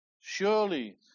Surely